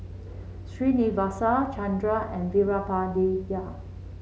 Srinivasa Chandra and Veerapandiya